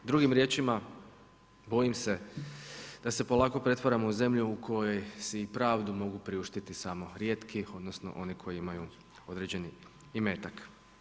Drugim riječima, bojim se da se polako pretvaramo u zemlju u kojoj si i pravdu mogu priuštiti samo rijetki odnosno oni koji imaju određeni imetak.